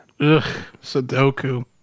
Sudoku